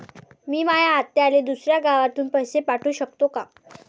मी माया आत्याले दुसऱ्या गावातून पैसे पाठू शकतो का?